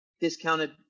discounted